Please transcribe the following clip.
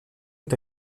est